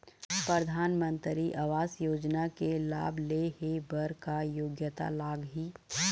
परधानमंतरी आवास योजना के लाभ ले हे बर का योग्यता लाग ही?